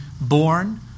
born